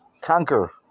conquer